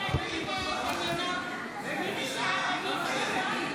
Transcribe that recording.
(קוראת בשמות חברי הכנסת)